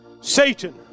Satan